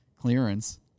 clearance